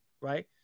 right